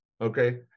okay